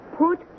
put